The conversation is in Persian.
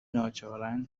ناچارا